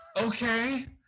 Okay